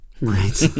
Right